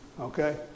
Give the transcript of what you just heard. okay